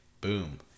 Boom